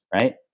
right